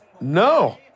No